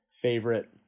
favorite